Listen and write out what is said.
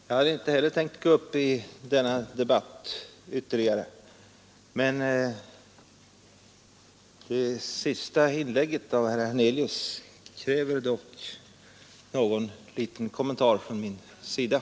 Herr talman! Jag hade inte heller tänkt att gå upp mera i denna debatt, men det senaste inlägget av herr Hernelius kräver någon liten kommentar från min sida.